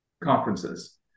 conferences